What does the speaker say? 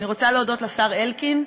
אני רוצה להודות לשר אלקין,